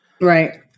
Right